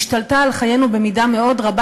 השתלטה על חיינו במידה רבה מאוד,